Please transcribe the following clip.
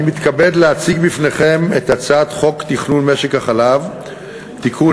אני מתכבד להציג בפניכם את הצעת החוק תכנון משק החלב (תיקון),